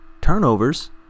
turnovers